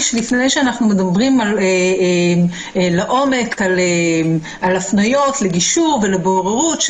שלפני שאנחנו מדברים לעומק על הפניות לגישור ולבוררות,